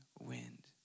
wind